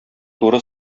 туры